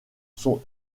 sont